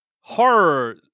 horror